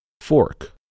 fork